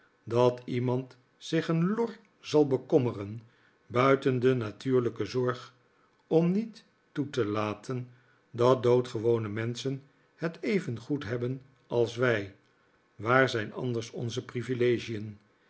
dat iemand zich een lor zal bekommeren buiten de natuurlijke zorg om niet toe te laten dat doodgewone menschen het evengoed hebben als wij waar zijn anders onze privilegien